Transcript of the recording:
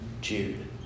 Jude